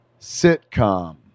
sitcom